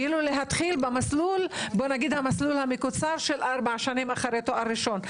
להתחיל במסלול המקוצר של ארבע שנים אחרי תואר ראשון.